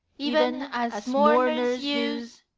even as mourners use,